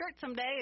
someday